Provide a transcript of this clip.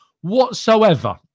whatsoever